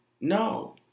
no